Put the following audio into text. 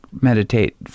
meditate